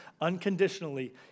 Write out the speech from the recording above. unconditionally